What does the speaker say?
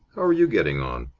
are you getting on?